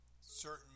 certain